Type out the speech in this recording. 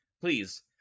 please